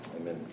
Amen